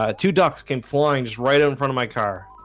ah to ducks can floorings right in front of my car